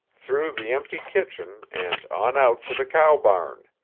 through the empty kitchen and on out to the cow barn.